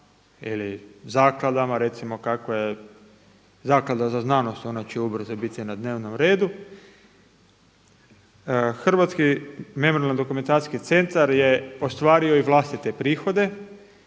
ili zakladama, recimo kakva je Zaklada za znanost, ona će ubrzo biti na dnevnom redu, Hrvatski memorijalno-dokumentacijski centar je ostvario i vlastite prihode